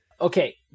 Okay